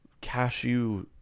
cashew